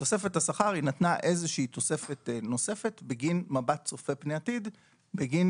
תוספת שכר נתנה איזושהי תוספת נוספת בגין מבט צופה פני עתיד בגין